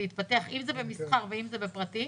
להתפתח, אם זה במסחר ואם זה בפרטי.